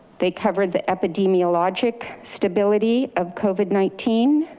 they covered the epidemiologic stability of covid nineteen